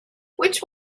which